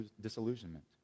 disillusionment